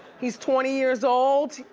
he's twenty years old.